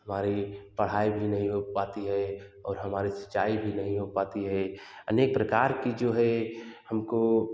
हमारी पढ़ाई भी नहीं हो पाती है और हमारे सिंचाई भी नहीं होई पाती है अनेक प्रकार की जो है हमको